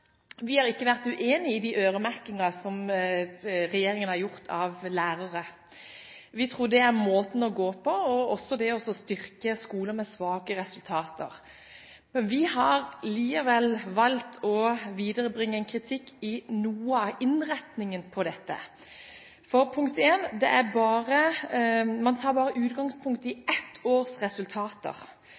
Vi har ikke vært uenig i regjeringens øremerking av midler når det gjelder lærere. Vi tror det er måten å gå fram på, og også å styrke skoler med svake resultater. Vi har likevel valgt å viderebringe en kritikk av noe av innretningen på dette. Det ene er at man tar utgangspunkt bare i resultatene for ett